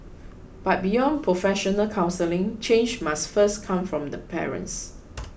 but beyond professional counselling change must first come from the parents